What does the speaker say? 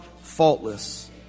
faultless